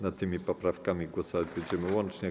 Nad tymi poprawkami głosować będziemy łącznie.